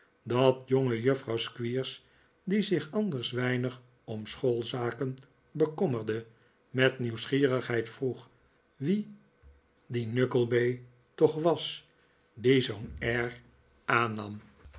dat jongejuffrouw squeers die zich anders weinig om schoolzaken bekommerde met nieuwsgierigheid vroeg wie die nukklebaai toch was die zoo'n air aannam